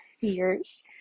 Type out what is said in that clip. years